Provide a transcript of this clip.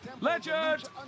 Legend